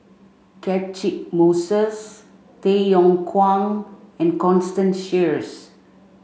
Catchick Moses Tay Yong Kwang and Constance Sheares